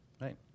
right